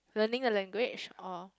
learning a language or